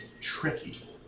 tricky